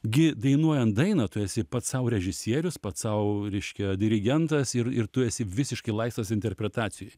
gi dainuojan dainą tu esi pats sau režisierius pats sau reiškia dirigentas ir ir tu esi visiškai laisvas interpretacijoj